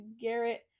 Garrett